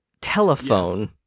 telephone